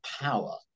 power